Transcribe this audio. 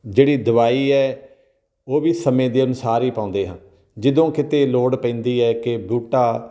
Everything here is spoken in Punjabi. ਜਿਹੜੀ ਦਵਾਈ ਹੈ ਉਹ ਵੀ ਸਮੇਂ ਦੇ ਅਨੁਸਾਰ ਹੀ ਪਾਉਂਦੇ ਹਾਂ ਜਦੋਂ ਕਿਤੇ ਲੋੜ ਪੈਂਦੀ ਹੈ ਕਿ ਬੂਟਾ